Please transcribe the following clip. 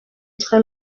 très